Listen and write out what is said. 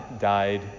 died